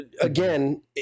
again